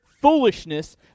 foolishness